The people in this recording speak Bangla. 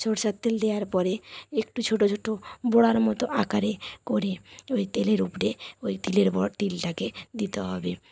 সর্ষার তেল দেওয়ার পরে একটু ছোটো ছোটো বড়ার মতো আকারে করে ওই তেলের উপরে ওই তিলের তিলটিকে দিতে হবে